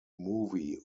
movie